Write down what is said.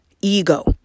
ego